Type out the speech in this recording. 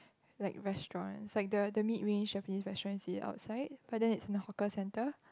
like restaurants like the the mid range Japanese restaurants you eat outside but then is in a hawker centre